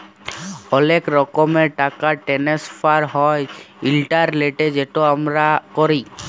অলেক রকমের টাকা টেনেসফার হ্যয় ইলটারলেটে যেট আমরা ক্যরি